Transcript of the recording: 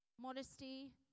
modesty